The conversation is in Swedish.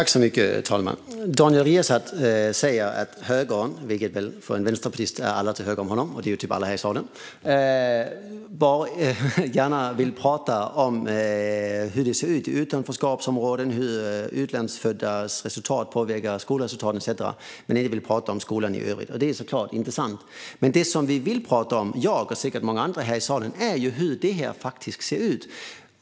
Fru talman! Daniel Riazat säger att högern, vilket väl för en vänsterpartist är alla till höger om honom, alltså ungefär alla här i salen, gärna vill tala om hur det ser ut i utanförskapsområden, hur utlandsföddas resultat påverkar skolresultaten etcetera men inte vill tala om skolan i övrigt. Det är såklart inte sant. Det som jag och säkert många andra här i salen vill tala om är hur det faktiskt ser ut.